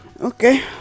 Okay